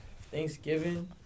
Thanksgiving